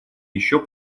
еще